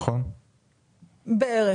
בערך.